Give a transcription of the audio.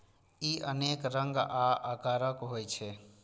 ई अनेक रंग आ आकारक होइ छै